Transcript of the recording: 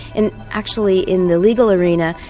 and actually in the legal arena,